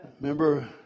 Remember